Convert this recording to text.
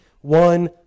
one